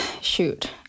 Shoot